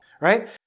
right